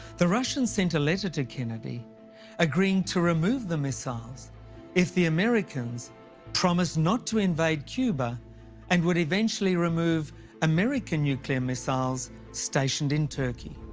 the russians sent a letter to kennedy agreeing to remove the missiles if the americans promised not to invade cuba and would eventually remove american nuclear missiles stationed in turkey.